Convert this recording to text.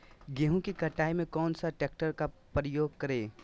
गेंहू की कटाई में कौन सा ट्रैक्टर का प्रयोग करें?